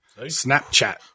Snapchat